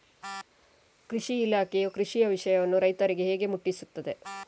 ಕೃಷಿ ಇಲಾಖೆಯು ಕೃಷಿಯ ವಿಷಯವನ್ನು ರೈತರಿಗೆ ಹೇಗೆ ಮುಟ್ಟಿಸ್ತದೆ?